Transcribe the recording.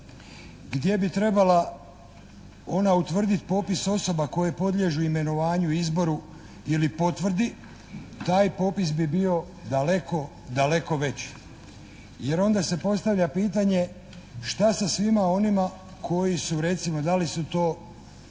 gdje bi trebala ona utvrditi popis osoba koje podliježu imenovanju i izboru ili potvrdi, taj popis bi bio daleko, daleko veći. Jer onda se postavlja pitanje šta sa svima onima koji su recimo, i da li su to osobe